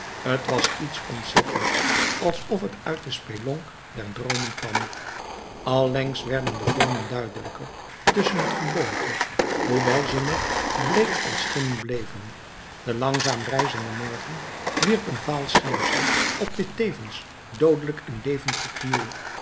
t was iets ontzettends alsof het uit de spelonk der droomen kwam allengs werden de vormen duidelijker tusschen het geboomte hoewel ze nog bleek als schimmen bleven de langzaam rijzende morgen wierp een vaal schijnsel op dit tevens doodelijk en